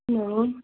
हॅं